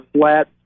flat